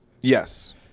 Yes